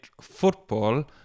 football